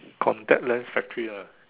contact lens factory lah